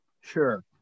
Sure